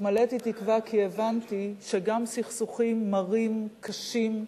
התמלאתי תקווה כי הבנתי שגם סכסוכים מרים, קשים,